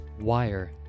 WIRE